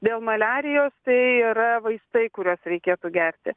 dėl maliarijos tai yra vaistai kuriuos reikėtų gerti